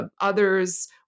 others